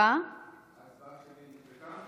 ההצבעה שלי נקלטה?